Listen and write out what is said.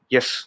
Yes